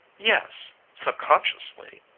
yes subconsciously.